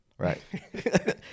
Right